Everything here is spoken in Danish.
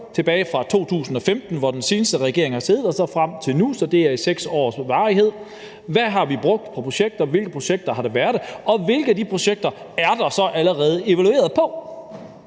tilbage til 2015, hvor den seneste regering har siddet, og så frem til nu – så det er 6 år. Så kan vi se: Hvad har vi brugt på projekter, hvilke projekter har der været, og hvilke af de projekter er så allerede evalueret?